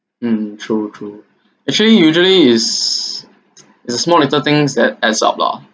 mm true true actually usually is is small little things that adds up lah